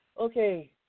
okay